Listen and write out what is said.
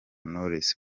knowless